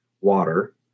water